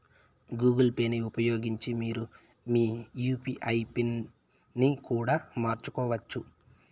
Google పేని ఉపయోగించి మీరు మీ యూ.పీ.ఐ పిన్ ని కూడా మార్చుకోవచ్చు